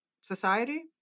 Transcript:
society